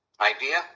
idea